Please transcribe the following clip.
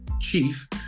Chief